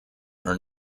are